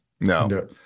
No